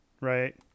right